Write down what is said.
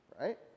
Right